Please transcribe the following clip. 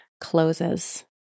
closes